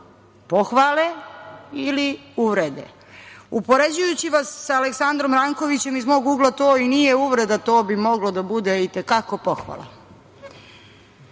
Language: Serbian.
pohvale ili uvrede. Upoređujući vas sa Aleksandrom Rankovićem iz mogu ugla to i nije uvreda, to bi mogla da bude i te kako pohvala.Međutim,